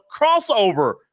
crossover